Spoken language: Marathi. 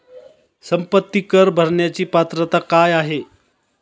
संपत्ती कर भरण्याची पात्रता काय आहे?